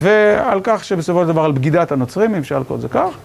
ועל כך שבסופו של דבר, על בגידת הנוצרים, אם אפשר לקרוא לזה כך.